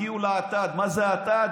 הגיעו לאטד, מה זה האטד?